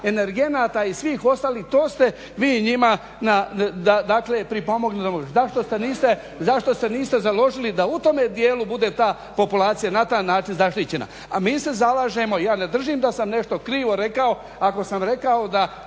energenata i svih ostalih to ste vi njima dakle pripomogli … Zašto se niste založili da u tome dijelu bude ta populacija na taj način zaštićena? A mi se zalažemo ja ne držim da sam nešto krivo rekao ako sam rekao da